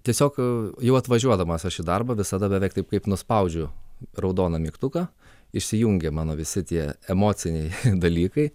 tiesiog jau atvažiuodamas aš į darbą visada beveik taip kaip nuspaudžiu raudoną mygtuką išsijungia mano visi tie emociniai dalykai